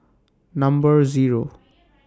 Number Zero